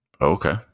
Okay